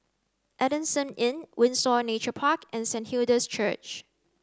Adamson Inn Windsor Nature Park and Saint Hilda's Church